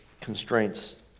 constraints